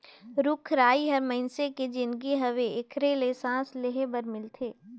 रुख राई हर मइनसे के जीनगी हवे एखरे ले सांस लेहे बर मिलथे